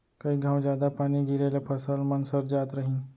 कई घौं जादा पानी गिरे ले फसल मन सर जात रहिन